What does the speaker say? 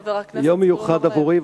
חבר הכנסת זבולון אורלב.